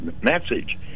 message